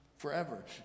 forever